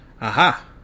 Aha